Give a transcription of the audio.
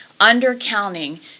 undercounting